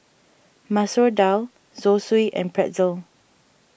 Masoor Dal Zosui and Pretzel